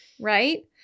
Right